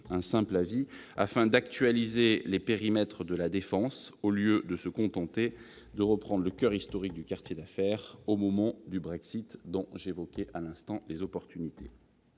un simple avis -, afin d'actualiser les périmètres de La Défense, au lieu de se contenter de reprendre le coeur historique du quartier d'affaires au moment du Brexit, dont j'évoquais les opportunités.